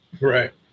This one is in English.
Right